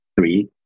three